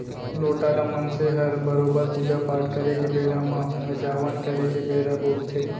लोटा ल मनसे हर बरोबर पूजा पाट करे के बेरा म अचावन करे के बेरा बउरथे